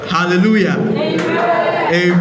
Hallelujah